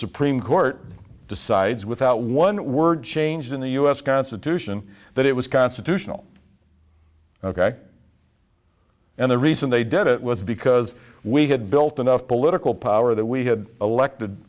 supreme court decides without one word changed in the u s constitution that it was constitutional ok and the reason they did it was because we had built enough political power that we had elected